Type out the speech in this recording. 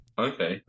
Okay